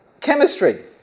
chemistry